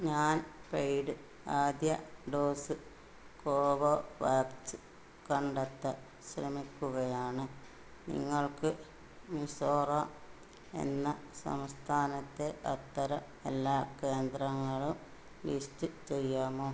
ഞാൻ പെയ്ഡ് ആദ്യ ഡോസ് കോവോവാക്സ് കണ്ടെത്താൻ ശ്രമിക്കുകയാണ് നിങ്ങൾക്ക് മിസോറാം എന്ന സംസ്ഥാനത്തെ അത്തരം എല്ലാ കേന്ദ്രങ്ങളും ലിസ്റ്റ് ചെയ്യാമോ